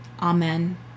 Amen